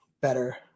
better